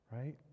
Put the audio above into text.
Right